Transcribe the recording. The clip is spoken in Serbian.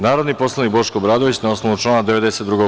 Narodni poslanik Boško Obradović, na osnovu člana 92.